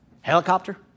Helicopter